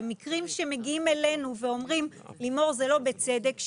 במקרים שמגיעים אלינו ואומרים שזה לא בצדק,